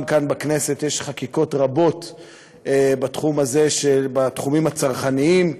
גם כאן בכנסת יש חקיקות רבות בתחומים הצרכניים,